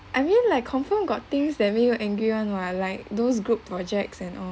I mean like confirm got things that make you angry [one] [what] like those group projects and all